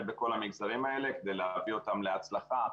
בכל המגזרים האלה כדי להביא אותם להצלחה,